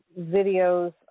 videos